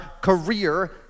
career